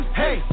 hey